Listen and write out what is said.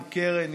עם קרן,